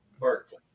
Berkeley